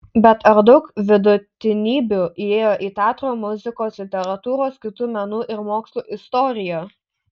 bet ar daug vidutinybių įėjo į teatro muzikos literatūros kitų menų ir mokslų istoriją